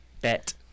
bet